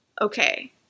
okay